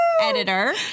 editor